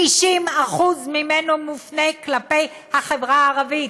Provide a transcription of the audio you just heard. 90% ממנו מופנה כלפי החברה הערבית,